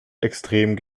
extremen